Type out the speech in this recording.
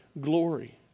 glory